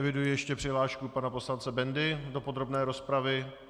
Eviduji ještě přihlášku pana poslance Bendy do podrobné rozpravy.